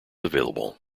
available